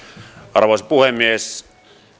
arvoisa puhemies